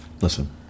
Listen